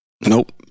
Nope